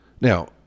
Now